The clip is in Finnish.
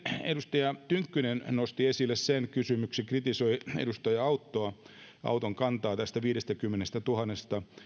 edustaja tynkkynen nosti esille kysymyksen kritisoi edustaja auton kantaa tästä viidestäkymmenestätuhannesta